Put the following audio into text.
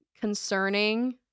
concerning